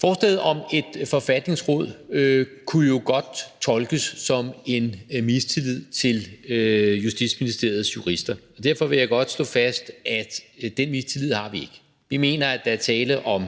Forslaget om et forfatningsråd kunne jo godt tolkes som en mistillid til Justitsministeriets jurister. Derfor vil jeg godt slå fast, at den mistillid har vi ikke. Vi mener, at der er tale om